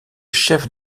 chef